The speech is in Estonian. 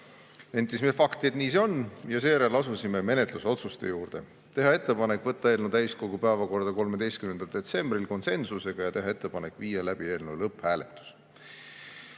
Nentisime fakti, et nii see on, ja seejärel asusime menetlusotsuste juurde. Teha ettepanek võtta eelnõu täiskogu päevakorda 13. detsembril (konsensusega) ja teha ettepanek viia läbi eelnõu lõpphääletus.